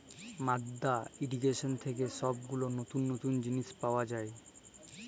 মাদ্দা ইর্রিগেশন থেক্যে সব গুলা লতুল লতুল জিলিস পাওয়া যায়